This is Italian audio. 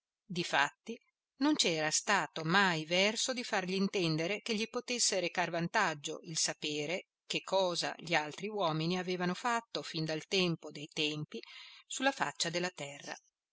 difatti non c'era stato mai verso di fargli intendere che gli potesse recar vantaggio il sapere che cosa gli altri uomini avevano fatto fin dal tempo dei tempi sulla faccia della terra